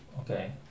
Okay